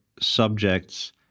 subjects